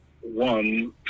one